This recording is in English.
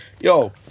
Yo